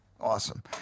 Awesome